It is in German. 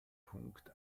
punkt